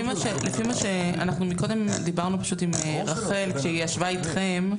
אנחנו קודם דיברנו פשוט עם רחל כשהיא ישבה אתכם.